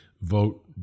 vote